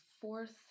fourth